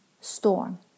storm